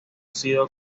sido